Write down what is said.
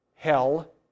hell